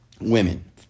Women